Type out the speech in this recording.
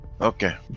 Okay